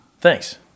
Thanks